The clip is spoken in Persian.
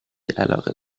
علاقه